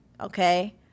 okay